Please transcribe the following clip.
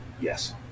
Yes